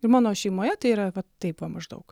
ir mano šeimoje tai yra va taip va maždaug